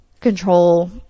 control